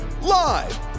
live